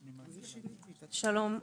שלום,